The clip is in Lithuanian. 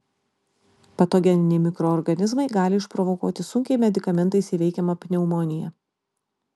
patogeniniai mikroorganizmai gali išprovokuoti sunkiai medikamentais įveikiamą pneumoniją